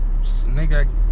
Nigga